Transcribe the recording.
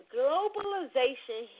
globalization